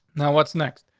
now, what's next?